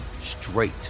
straight